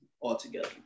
altogether